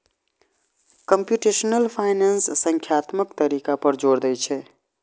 computational finance संख्यात्मक तरीका पर जोर दै छै